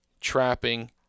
trapping